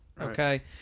Okay